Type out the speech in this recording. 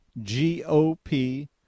GOP